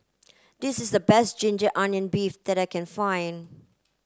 this is the best ginger onion beef that I can find